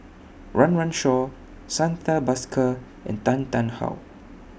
Run Run Shaw Santha Bhaskar and Tan Tarn How